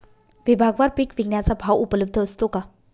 विभागवार पीक विकण्याचा भाव उपलब्ध असतो का?